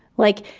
like,